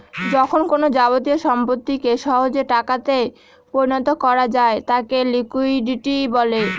যখন কোনো যাবতীয় সম্পত্তিকে সহজে টাকাতে পরিণত করা যায় তাকে লিকুইডিটি বলে